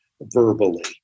verbally